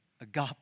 agape